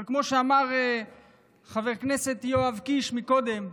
אבל כמו שאמר חבר הכנסת יואב קיש קודם,